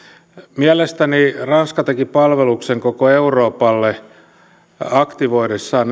mielestäni ranska teki palveluksen koko euroopalle aktivoidessaan